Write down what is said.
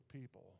people